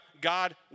God